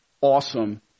Awesome